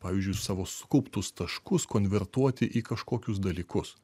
pavyzdžiui savo sukauptus taškus konvertuoti į kažkokius dalykus